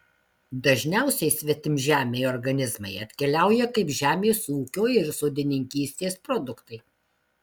dažniausiai svetimžemiai organizmai atkeliauja kaip žemės ūkio ir sodininkystės produktai